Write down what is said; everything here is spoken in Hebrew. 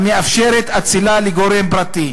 המאפשרת אצילה לגורם פרטי."